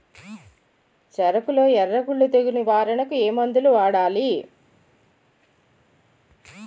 చెఱకులో ఎర్రకుళ్ళు తెగులు నివారణకు ఏ మందు వాడాలి?